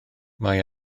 mae